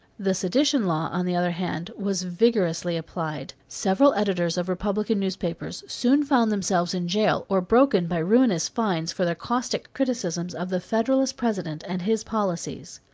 the sedition law, on the other hand, was vigorously applied. several editors of republican newspapers soon found themselves in jail or broken by ruinous fines for their caustic criticisms of the federalist president and his policies.